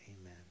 Amen